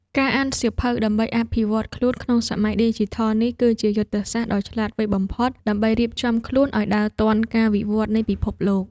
ការអានសៀវភៅដើម្បីអភិវឌ្ឍខ្លួនក្នុងសម័យឌីជីថលនេះ គឺជាយុទ្ធសាស្ត្រដ៏ឆ្លាតវៃបំផុតដើម្បីរៀបចំខ្លួនឱ្យដើរទាន់ការវិវឌ្ឍនៃពិភពលោក។